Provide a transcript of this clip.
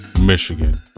Michigan